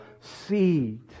seed